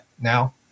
now